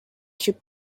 should